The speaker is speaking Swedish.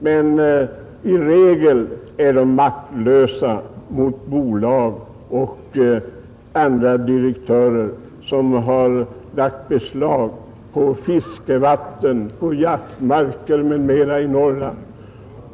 Men i regel är den maktlös mot bolag och direktörer, som lagt beslag på fiskevatten, jaktmarker m.m. i Norrland.